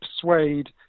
persuade